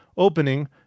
opening